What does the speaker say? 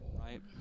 Right